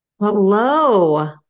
Hello